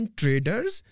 traders